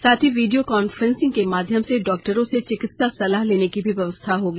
साथ ही video conferencing के माध्यम से डॉक्टरों से चिकित्सा सलाह लेने की भी व्यवस्था होगी